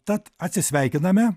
tad atsisveikiname